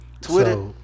Twitter